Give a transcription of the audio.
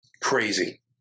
crazy